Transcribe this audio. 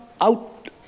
out